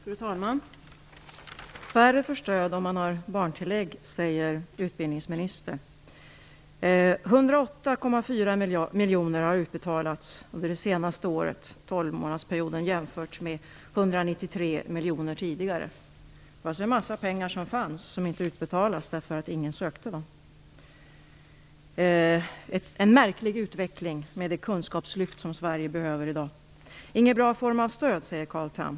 Fru talman! Färre får stöd om vi har barntillägg, säger utbildningsministern. 108,4 miljoner har utbetalats under den senaste tolvmånadersperioden, jämfört med 193 miljoner tidigare. Det fanns alltså mycket pengar som inte utbetalades därför att ingen sökte dem. Det är en märklig utveckling, med tanke på det kunskapslyft som Sverige behöver i dag. Det är ingen bra form av stöd, säger Carl Tham.